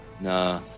Nah